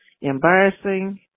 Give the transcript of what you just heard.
embarrassing